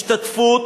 השתתפות